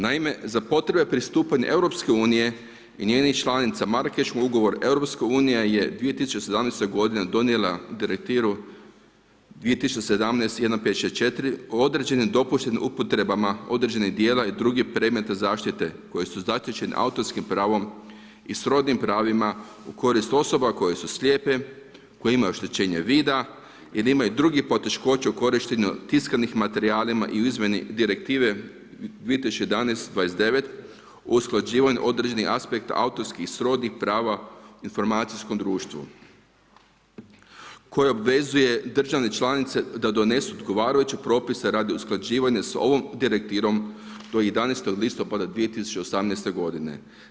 Naime za potrebe pristupanja EU i njenih članica Marakeški ugovor EU je 2017. godine donijela direktivu 2017 1564 o određenim dopuštenim upotrebama određenih dijela i drugih dijela predmeta zaštite koji su zaštićeni autorskim pravom i srodnim pravima u korist osoba koje su slijepe, koje imaju oštećenje vida ili imaju drugih poteškoća u korištenju tiskanih materijala ili izmjeni direktive 2011 29 o usklađivanju određeni aspekt autorskih i srodnih prava u informacijskom društvu koje obvezuje države članice da donesu odgovarajuće propise radi usklađivanja sa ovom direktivom do 11.listopada 2018. godine.